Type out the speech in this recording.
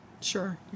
Sure